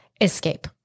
escape